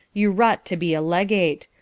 you wrought to be a legate,